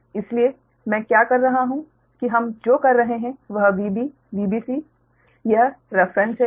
इसलिए मैं क्या कर रहा हूं कि हम जो कर रहे हैं वह VbVbc यह रेफरेंस है